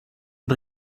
und